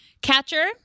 Catcher